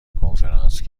کنفرانس